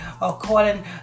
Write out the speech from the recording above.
according